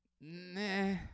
Nah